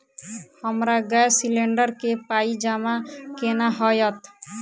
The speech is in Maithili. हमरा गैस सिलेंडर केँ पाई जमा केना हएत?